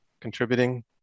contributing